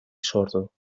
sordo